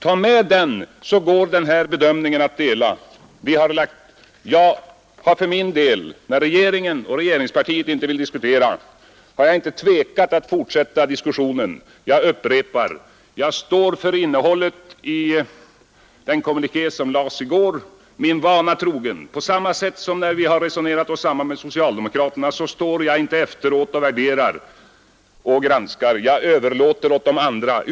Ta med den i beräkningen, så skall ni finna att denna bedömning går att dela! Jag har för min del när regeringen och regeringspartiet inte velat diskutera inte tvekat att fortsätta debatten. Jag upprepar: Jag står för innehållet i den kommuniké som utfärdades i går. På samma sätt som när vi resonerat oss samman med socialdemokraterna stär jag min vana trogen inte efteråt och värderar och granskar — jag överlåter det åt de andra.